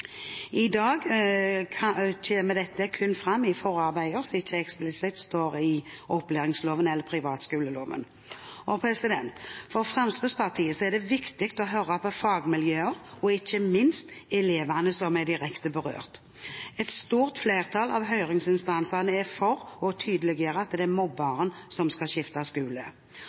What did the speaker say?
I dag kommer dette kun fram i forarbeidene og står ikke eksplisitt i opplæringsloven eller privatskoleloven. For Fremskrittspartiet er det viktig å høre på fagmiljøer og ikke minst elevene som er direkte berørt. Et stort flertall av høringsinstansene er for å tydeliggjøre at det er